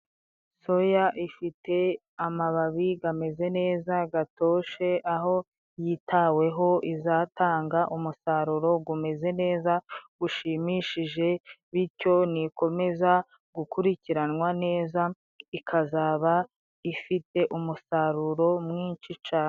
Soya ifite amababi gameze neza gatoshe, aho yitaweho izatanga umusaruro gumeze nezagushimishije, bityo nikomeza gukurikiranwa neza ikazaba ifite umusaruro mwinshi cyane.